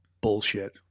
bullshit